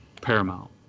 paramount